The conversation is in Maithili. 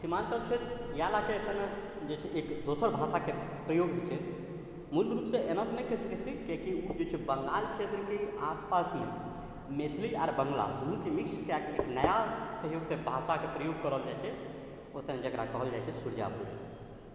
सीमाञ्चल क्षेत्र इएह लऽ कऽ एखन जे छै एक दोसर भाषाके प्रयोग होइ छै मूल रूपसँ एना तऽ नहि कहि सकै छी कियाकि ओ जे छै बङ्गाल क्षेत्रके आसपासमे मैथिली आओर बाँग्ला दुनूके मिक्स कऽ कऽ एक नया कहिऔ तऽ भाषाके प्रयोग करल जाइ छै ओतऽ जकरा कहल जाइ छै सुरजापुरी